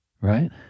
right